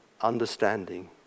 understanding